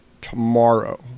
tomorrow